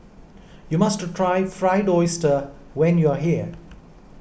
you must try Fried Oyster when you are here